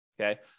Okay